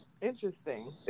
Interesting